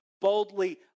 boldly